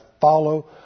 follow